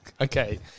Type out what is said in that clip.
okay